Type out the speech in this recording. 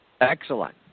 Excellent